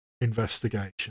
investigation